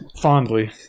fondly